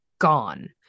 gone